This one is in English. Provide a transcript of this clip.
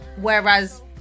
whereas